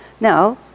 Now